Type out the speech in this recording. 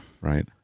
right